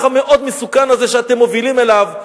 המאוד מסוכן הזה שאתם מובילים אליו,